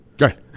Right